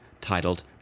titled